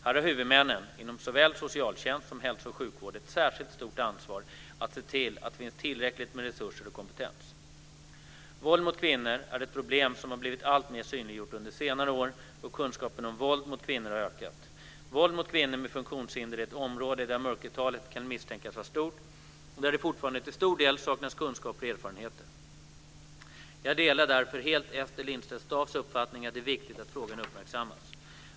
Här har huvudmännen inom såväl socialtjänst som hälso och sjukvård ett särskilt stort ansvar att se till att det finns tillräckligt med resurser och kompetens. Våld mot kvinnor är ett problem som har blivit alltmer synliggjort under senare år, och kunskapen om våld mot kvinnor har ökat. Våld mot kvinnor med funktionshinder är ett område där mörkertalet kan misstänkas vara stort och där det fortfarande till stor del saknas kunskaper och erfarenheter. Jag delar därför helt Ester Lindstedt-Staafs uppfattning att det är viktigt att frågan uppmärksammas.